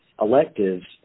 electives